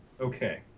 Okay